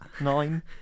nine